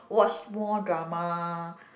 watch more drama